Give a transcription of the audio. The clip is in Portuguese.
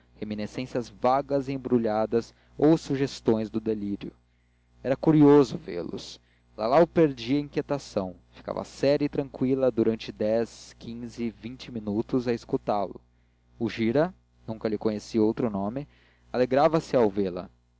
raminiscências vagas e embrulhadas ou sugestões do delírio era curioso vê-los lalau perdia a inquietação ficava séria e tranqüila durante dez quinze vinte minutos a escutá lo o gira nunca lhe conheci outro nome alegrava-se ao vê-la